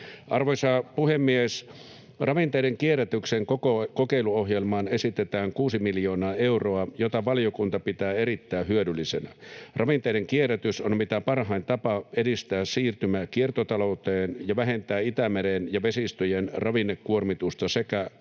Arvoisa puhemies! Ravinteiden kierrätyksen kokeiluohjelmaan esitetään 6 miljoonaa euroa. Ohjelmaa valiokunta pitää erittäin hyödyllisenä. Ravinteiden kierrätys on mitä parhain tapa edistää siirtymää kiertotalouteen ja vähentää Itämeren ja vesistöjen ravinnekuormitusta sekä